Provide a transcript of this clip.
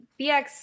BX